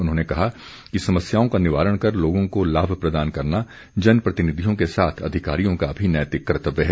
उन्होंने कहा कि समस्याओं का निवारण कर लोगों को लाभ प्रदान करना जन प्रतिनिधियों के साथ अधिकारियों का भी नैतिक कर्तव्य है